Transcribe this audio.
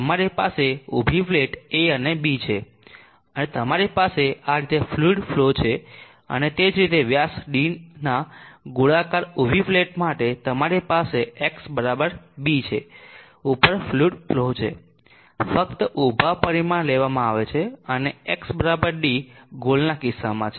તમારી પાસે ઊભી પ્લેટ a અને b છે અને તમારી પાસે આ રીતે ફ્લુઈડ ફલો છે અને તે જ રીતે વ્યાસ dના ગોળાકાર ઊભી પ્લેટ માટે તમારી પાસે Xb ઉપર ફ્લુઈડ ફલો છે ફક્ત ઊભા પરિમાણ લેવામાં આવે છે અને X d ગોળ ના કિસ્સામાં છે